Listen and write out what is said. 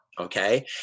Okay